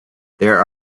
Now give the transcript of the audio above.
there